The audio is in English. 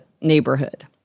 neighborhood